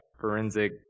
forensic